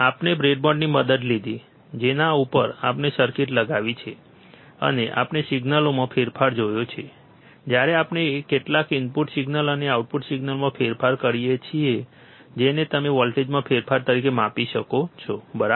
આપણે બ્રેડબોર્ડની મદદ લીધી જેના ઉપર આપણે સર્કિટ લગાવી છે અને આપણે સિગ્નલોમાં ફેરફાર જોયો છે જ્યારે આપણે કેટલાક ઇનપુટ સિગ્નલ અને આઉટપુટ સિગ્નલમાં ફેરફાર કરીએ છીએ જેને તમે વોલ્ટેજમાં ફેરફાર તરીકે માપી શકો છો બરાબર